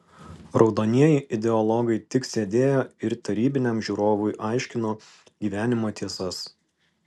raudonieji ideologai tik sėdėjo ir tarybiniam žiūrovui aiškino gyvenimo tiesas